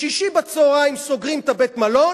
בשישי בצהריים סוגרים את בית-המלון,